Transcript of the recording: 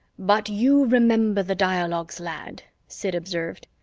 but you remember the dialogues, lad, sid observed.